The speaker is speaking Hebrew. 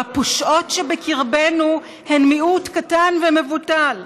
והפושעות שבקרבנו הן מיעוט קטן ומבוטל.